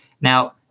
now